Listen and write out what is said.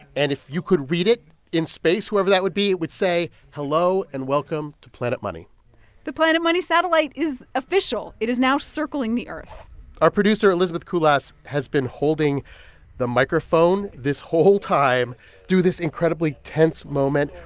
and if you could read it in space, whoever that would be it would say, hello, and welcome to planet money the planet money satellite is official. it is now circling the earth our producer elizabeth kulas has been holding the microphone this whole time through this incredibly tense moment,